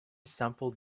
sampled